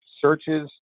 searches